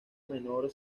menor